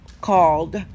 called